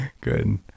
good